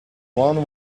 one